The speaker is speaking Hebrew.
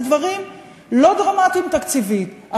אלה דברים לא דרמטיים תקציבית,